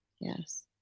Yes